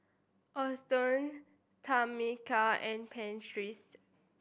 Auston Tamika and Prentiss